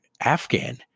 Afghan